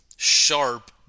Sharp